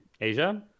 Asia